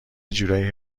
جورایی